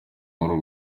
nkuru